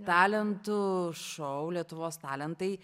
talentų šou lietuvos talentai